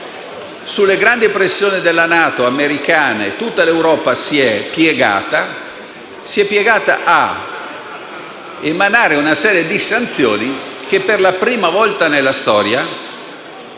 delle grandi pressioni americane nella NATO tutta l'Europa si è piegata a emanare una serie di sanzioni che per la prima volta nella storia